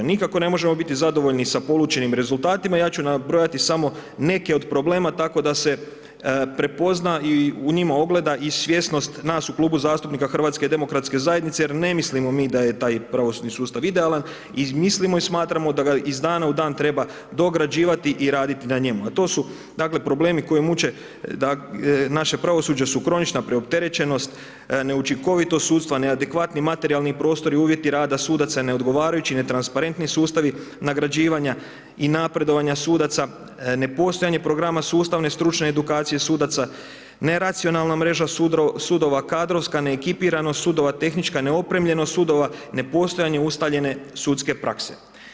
Nikako ne možemo biti zadovoljni sa polučenim rezultatima, ja ću nabrojati samo neke od problema tako da se prepozna i u njima ogleda i svjesnost nas u Klubu zastupnika HDZ-a jer ne mislimo mi da je taj pravosudni sustav idealan i mislimo i smatramo da ga iz dana u dan treba dograđivati i raditi na njemu a to su dakle problemi koji muče naše pravosuđe su kronična preopterećenost, neučinkovitost sudstva, neadekvatni materijalni prostori, uvjeti rada sudaca, neodgovarajući, netransparentni sustavi nagrađivanja i napredovanja sudaca, nepostojanje programa sustavne stručne edukacije sudaca, neracionalna mreža sudova, kadrovska neekipiranost sudova, tehnička neopremljenost sudova, nepostojanje ustaljene sudske prakse.